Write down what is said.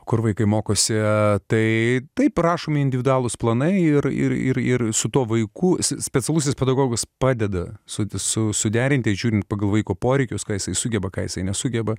kur vaikai mokosi tai taip rašomi individualūs planai ir ir su tuo vaiku specialusis pedagogas padeda su visu suderinti žiūrint pagal vaiko poreikius ką jisai sugeba ką jisai nesugeba